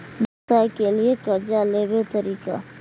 व्यवसाय के लियै कर्जा लेबे तरीका?